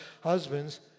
Husbands